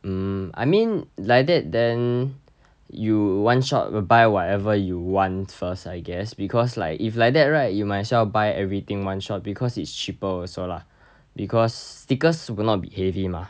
mm I mean like that then you one shot buy whatever you want first I guess because like if like that right you might as well buy everything one shot because it's cheaper also lah because stickers will not be heavy mah